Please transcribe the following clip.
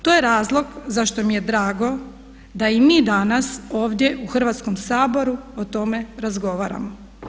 To je razlog zašto mi je drago da i mi danas ovdje u Hrvatskom saboru o tome razgovaramo.